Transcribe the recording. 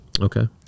Okay